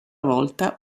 volta